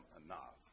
enough